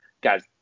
guys